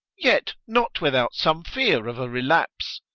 yet not without some fear of a relapse.